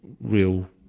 real